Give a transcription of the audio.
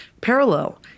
parallel